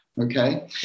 okay